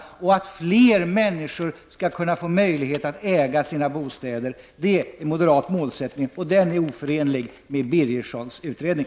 Vi vill att fler människor skall få möjlighet att äga sina bostäder. Det är moderat målsättning, och den är oförenlig med Bengt Owe Birgerssons utredning.